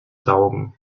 saugen